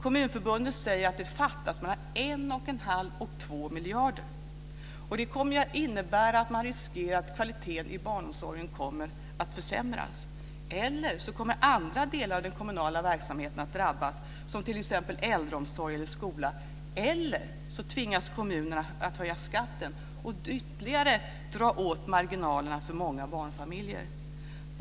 Kommunförbundet säger att det fattas mellan 1 1⁄2 och 2 miljarder kronor. Det innebär att kvaliteten i barnomsorgen riskerar att försämras, att andra delar av den kommunala verksamheten som t.ex. äldreomsorg eller skola drabbas eller att kommunerna tvingas att höja skatten och ytterligare dra åt marginalerna för många barnfamiljer.